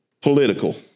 Political